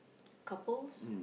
couples